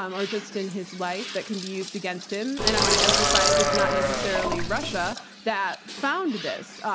um or just in his life, that can be used against him. and i want to emphasize, it's not necessarily russia that found this.